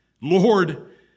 Lord